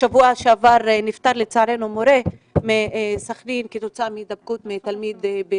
שבוע שעבר נפטר לצערנו מורה מסכנין כתוצאה מהידבקות מתלמיד.